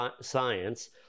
science